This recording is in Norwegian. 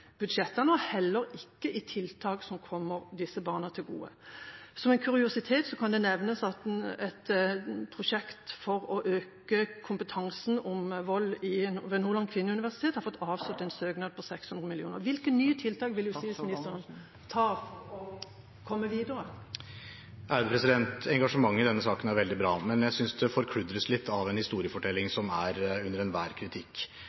tiltak som kommer disse barna til gode. Som en kuriositet kan det nevnes at et prosjekt ved Kvinneuniversitetet i Nordland for å øke kompetansen om vold har fått avslått en søknad på 600 000 kr. Hvilke nye tiltak vil statsråden gjøre for å komme videre? Engasjementet i denne saken er veldig bra, men jeg synes det forkludres litt av en historiefortelling som er under enhver kritikk.